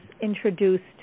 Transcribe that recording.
introduced